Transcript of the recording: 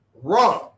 wrong